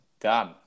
done